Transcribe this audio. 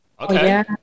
okay